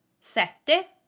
Sette